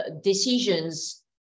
decisions